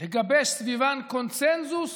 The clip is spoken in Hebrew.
לגבש סביבן קונסנזוס